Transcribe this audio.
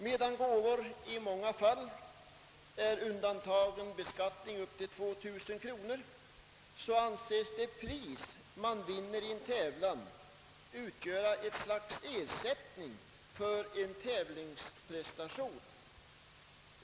Medan gåvor upp till 2000 kronor i många fall är undantagna från beskatt ning anses det pris man vinner i en tävling utgöra ett slags ersättning för en tävlingsprestation.